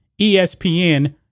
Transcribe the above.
ESPN